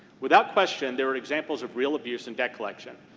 without question, there are examples of real abuse in debt collection.